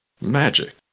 Magic